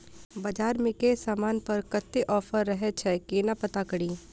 बजार मे केँ समान पर कत्ते ऑफर रहय छै केना पत्ता कड़ी?